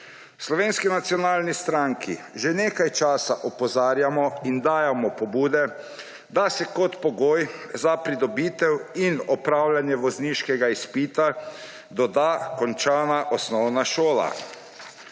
dovoljenja. V SNS že nekaj časa opozarjamo in dajemo pobude, da se kot pogoj za pridobitev in opravljanje vozniškega izpita doda končana osnovna šola.